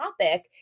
topic